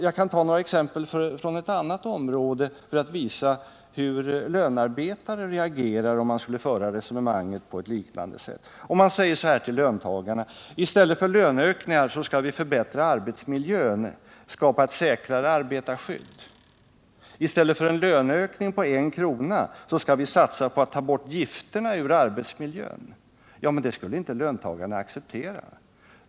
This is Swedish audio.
Jag kan ta några exempel från ett annat område och visa hur lönearbetarna skulle reagera, om man förde resonemanget på ett liknande sätt. Antag att man skulle säga till löntagarna: I stället för att höja lönerna skall vi förbättra arbetsmiljön och skapa ett säkrare arbetarskydd. I stället för en löneökning på en krona skall vi satsa på att ta bort gifterna ur arbetsmiljön. Något sådant skulle löntagarna inte acceptera.